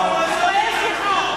תתבייש לך.